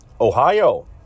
Ohio